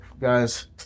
guys